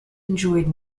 enjoyed